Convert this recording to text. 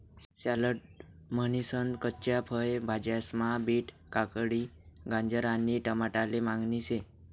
salad म्हनीसन कच्च्या फय भाज्यास्मा बीट, काकडी, गाजर आणि टमाटाले मागणी शे